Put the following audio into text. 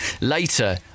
later